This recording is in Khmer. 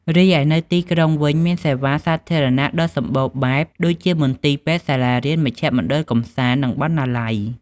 រីឯនៅទីក្រុងវិញ មានសេវាសាធារណៈដ៏សម្បូរបែប ដូចជាមន្ទីរពេទ្យ សាលារៀន មជ្ឈមណ្ឌលកម្សាន្ត និងបណ្ណាល័យ។